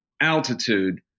altitude